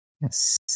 Yes